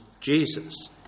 jesus